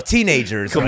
Teenagers